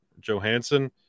Johansson